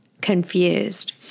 Confused